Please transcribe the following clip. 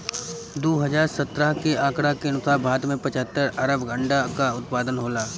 दू हज़ार सत्रह के आंकड़ा के अनुसार भारत में पचहत्तर अरब अंडा कअ उत्पादन होला